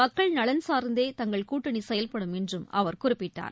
மக்கள் நலன் சார்ந்தே தங்கள் கூட்டணி செயல்படும் என்றும் அவர் குறிப்பிட்டார்